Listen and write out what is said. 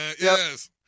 Yes